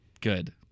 Good